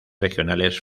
regionales